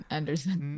Anderson